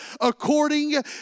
According